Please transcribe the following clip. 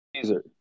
Caesar